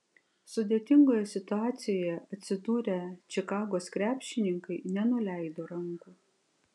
sudėtingoje situacijoje atsidūrę čikagos krepšininkai nenuleido rankų